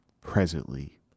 presently